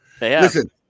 Listen